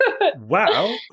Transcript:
Wow